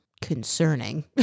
concerning